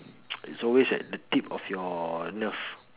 it's always at the tip of your nerve